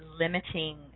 limiting